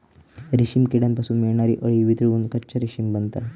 रेशीम किड्यांपासून मिळणारी अळी वितळून कच्चा रेशीम बनता